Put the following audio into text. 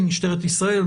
משטרת ישראל,